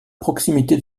proximité